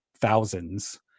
thousands